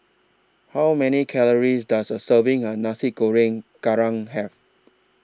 How Many Calories Does A Serving of Nasi Goreng Kerang Have